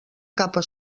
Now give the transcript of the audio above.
capa